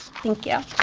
thank you.